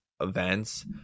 events